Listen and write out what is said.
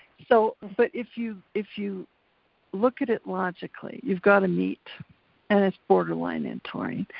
so but if you if you look at it logically, you've got a meat and it's borderline in taurine,